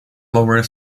lower